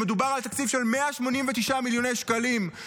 כשמדובר על תקציב של 189 מיליוני שקלים,